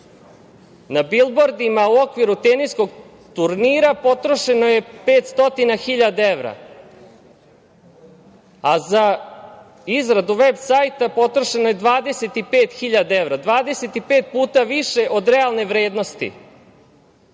na bilbordima u okviru teniskog turnira potrošeno je 500.000 evra, a za izradu veb-sajta potrošeno je 25.000 evra, 25 puta više od realne vrednosti.